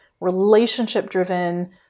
relationship-driven